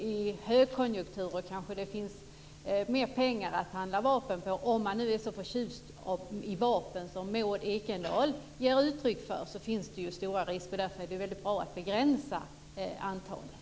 I högkonjunkturer finns det kanske mer pengar att handla vapen för. Om man är så förtjust i vapen som Maud Ekendahl ger uttryck för finns det stora risker för det. Därför är det väldigt bra att begränsa antalet.